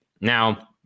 Now